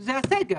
זה הסגר.